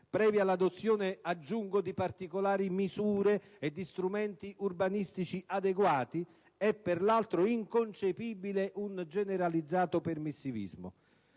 (previa l'adozione - aggiungo - di particolari misure e di strumenti urbanistici adeguati) è per altro verso inconcepibile un generalizzato permissivismo.